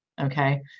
Okay